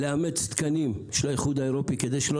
אימוץ תקנים של האיחוד האירופי כדי שלא